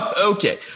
Okay